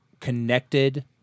connected